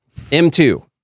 M2